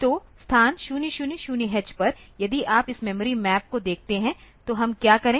तो स्थान 000h पर यदि आप इस मेमोरी मैप को देखते हैं तो हम क्या करें